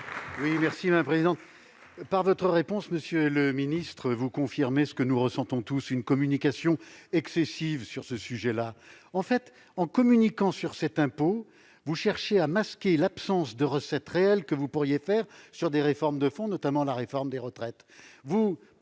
Blanc, pour la réplique. Par votre réponse, monsieur le ministre, vous confirmez ce que nous ressentons tous, à savoir une communication excessive sur ce sujet. En communiquant sur cet impôt, vous cherchez à masquer l'absence de recettes réelles que vous pourriez faire sur des réformes de fond, notamment la réforme des retraites.